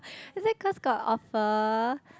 is that cause got offer